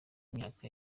imyaka